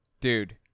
Dude